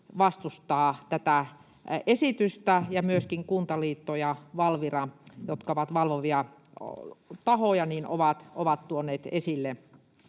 vastustaa tätä esitystä, ja myöskin Kuntaliitto ja Valvira, jotka ovat valvovia tahoja, ovat tuoneet esille